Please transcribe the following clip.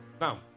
Now